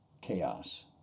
chaos